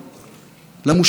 למושחתים בכירים.